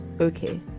okay